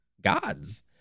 gods